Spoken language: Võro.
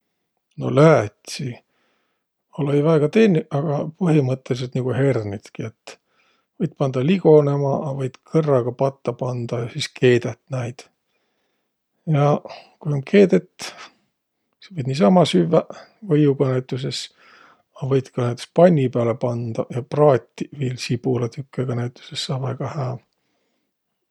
No läätsi olõ-õi väega tennüq, agaq põhimõttõlidsõlt nigu hernitki. Et võit pandaq ligonõma, a võit kõrraga patta pandaq ja sis keedät näid. Ja ku um keedet, sis võit niisama süvväq, võiuga näütüses, a võit ka näütüses panni pääle pandaq ja praatiq. Sibulatükkega näütüses saa väega hää.